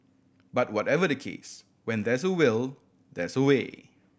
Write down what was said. but whatever the case when there's a will there's a way